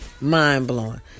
Mind-blowing